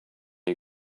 you